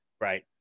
right